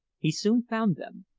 he soon found them,